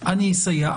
אני אסייע.